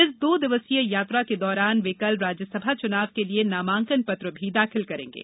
इस दो दिवसीय यात्रा के दौरान वे कल राज्यसभा चुनाव के लिए नामांकनपत्र भी दाखिल करेंगे